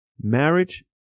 Marriage